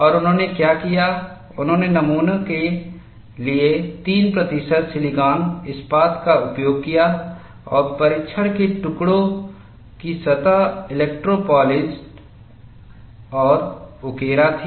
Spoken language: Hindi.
और उन्होंने क्या किया उन्होंने नमूने के लिए 3 प्रतिशत सिलिकॉन इस्पात का उपयोग किया और परीक्षण के टुकड़ों की सतह इलेक्ट्रो पॉलिश और उकेरा थी